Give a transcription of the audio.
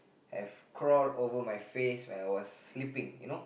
have crawl over my face when I was sleeping